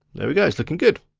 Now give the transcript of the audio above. there we go, it's looking good.